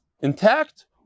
intact